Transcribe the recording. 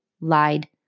Lied